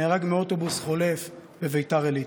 נהרג מאוטובוס חולף בביתר עילית,